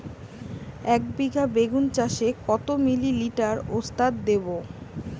একবিঘা বেগুন চাষে কত মিলি লিটার ওস্তাদ দেবো?